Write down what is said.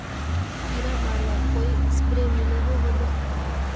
कीड़ा मरवार कोई स्प्रे मिलोहो होबे?